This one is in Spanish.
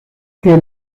que